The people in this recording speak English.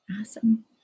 Awesome